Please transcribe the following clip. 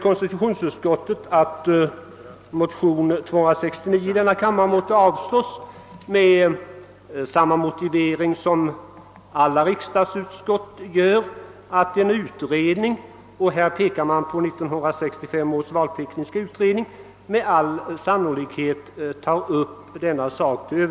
Konstitutionsutskottet hemställer nu att motion 269 i denna kammare måtte avslås med samma motivering som alla riksdagsutskott gör, nämligen att en utredning med all sannolikhet tar upp denna sak till övervägande. Man avser därmed 19635 års valtekniska utredning..